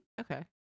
Okay